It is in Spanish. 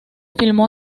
filmó